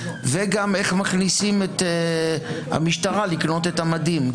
וגם איך מכניסים את המשטרה לקנות את המדים,